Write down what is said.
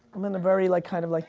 i'm in a very like kind of like,